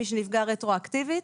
מי שנפגע רטרואקטיבית,